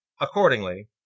Accordingly